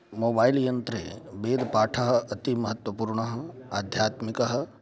mobile यन्त्रे वेदपाठः अति महत्त्वपूर्णः आध्यात्मिकः